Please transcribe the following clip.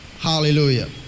Hallelujah